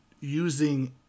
using